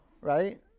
right